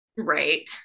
right